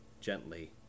gently